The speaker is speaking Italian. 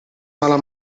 mala